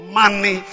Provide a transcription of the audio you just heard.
money